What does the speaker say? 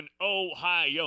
Ohio